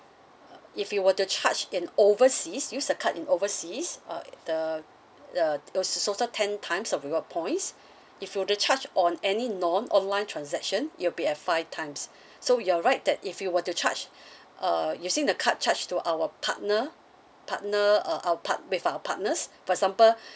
if you were to charge in overseas use the card in overseas uh the the is also ten times of reward points if you were to charge on any non-online transaction it'll be at five times so you're right that if you were to charge uh using the card charge to our partner partner uh our partner with our partners for example